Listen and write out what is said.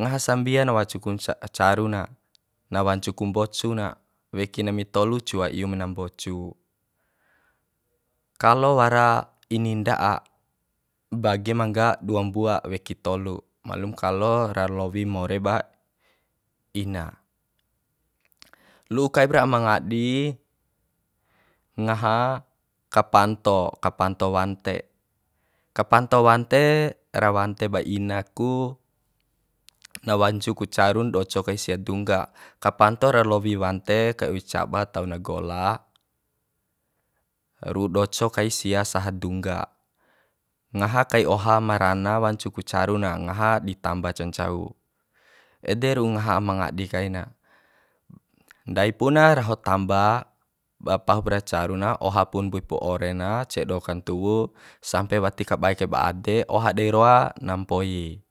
ngaha sambian wacu ku caru na na wancu ku mbocu na weki nami tolu cua iu mena mbocu kalo wara ini nda'a bage mangga dua mbua weki tolu ma'alum kalo ra lowi more ba ina lu'u kaib ra ama ngadi ngaha kapanto kapanto wante kapanto wante ra wante ba ina ku na wancu ku carun doco kai sia dungga kapanto ra lowi wante kai oi caba tau na gola ru'u doco kai sia saha dungga ngaha kai oha ma rana wancu ku caru na ngaha di tamba ncancau ede ru ngaha ama ngadi kai na ndai puna raho tamba pahupra caru na oha pun mbuip ore na cedo kantuwu sampe wati kabae kaib ade oha dei roa na mpoi